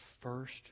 first